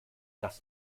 das